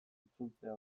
itzultzea